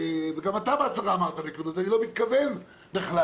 וגם אתה בעצמך אמרת: אני לא מתכוון בכלל